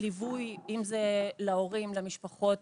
ליווי, אם זה להורים, למשפחות